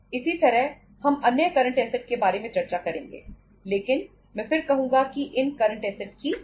इसी तरह हम अन्य करंट असेट्स के बारे में चर्चा करेंगे लेकिन मैं फिर कहूंगा कि इन करंट असेट्स की लागत है